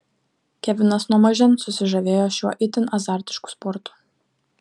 kevinas nuo mažens susižavėjo šiuo itin azartišku sportu